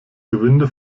gewinde